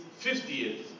50th